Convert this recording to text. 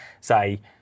say